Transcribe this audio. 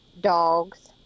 dogs